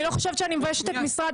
אני לא חושבת שאני מביישת את משרד